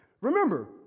Remember